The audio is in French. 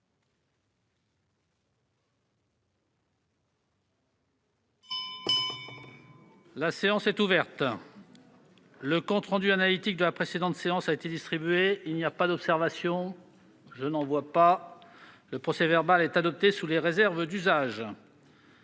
La séance est ouverte. Le compte rendu analytique de la précédente séance a été distribué. Il n'y a pas d'observation ?... Le procès-verbal est adopté sous les réserves d'usage.